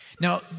Now